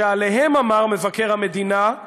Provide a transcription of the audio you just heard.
שעליהן אמר מבקר המדינה: